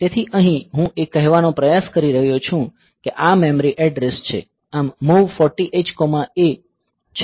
તેથી અહીં હું એ કહેવાનો પ્રયાસ કરી રહ્યો છું કે આ મેમરી એડ્રેસ છે આમ MOV 40hA છે